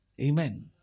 Amen